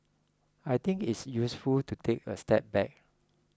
I think it's useful to take a step back